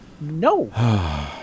No